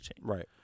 right